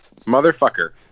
Motherfucker